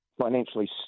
financially